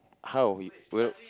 how